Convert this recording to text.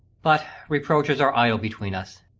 but reproaches are idle between us.